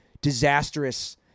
disastrous